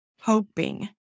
Hoping